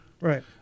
Right